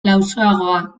lausoagoa